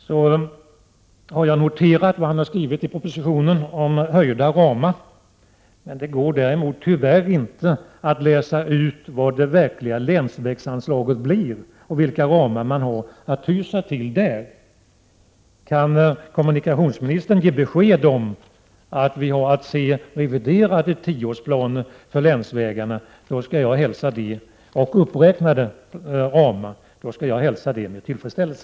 Jag har noterat vad han har skrivit i propositionen om höjda ramar. Det går däremot tyvärr inte att läsa ut vad det verkliga länsvägsanslaget blir och vilka ramar man där har att hålla sig till. Kan kommunikationsministern ge besked om att vi har att se fram emot reviderade tioårsplaner och uppräknade ramar för länsvägarna skall jag hälsa det med tillfredsställelse.